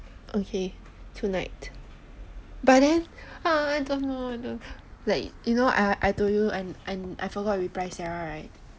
okay tonight but then ah I don't know I told you I forgot to reply sarah right